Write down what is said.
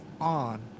on